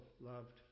loved